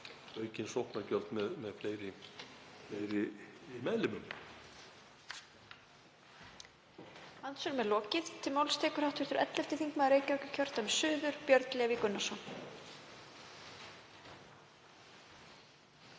aukin sóknargjöld með fleiri meðlimum.